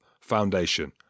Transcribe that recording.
Foundation